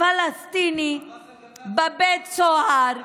פלסטיני בבית הסוהר.